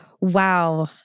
Wow